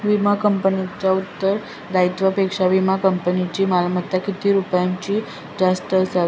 विमा कंपनीच्या उत्तरदायित्वापेक्षा विमा कंपनीची मालमत्ता किती रुपयांनी जास्त असावी?